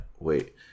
Wait